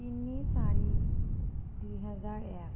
তিনি চাৰি দুহেজাৰ এক